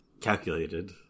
calculated